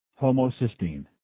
Homocysteine